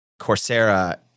Coursera